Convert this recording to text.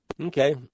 Okay